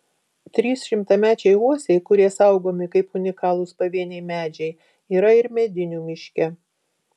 trys šimtamečiai uosiai kurie saugomi kaip unikalūs pavieniai medžiai yra ir medinių miške